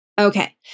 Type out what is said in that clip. Okay